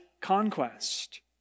conquest